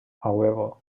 however